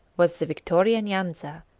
was the victoria nyanza,